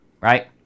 right